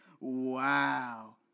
Wow